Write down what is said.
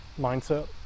mindset